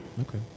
Okay